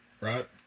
right